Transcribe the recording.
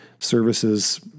services